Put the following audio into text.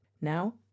Now